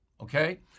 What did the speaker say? Okay